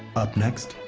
up next,